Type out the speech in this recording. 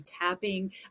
tapping